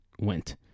went